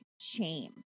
shame